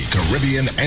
Caribbean